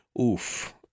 oof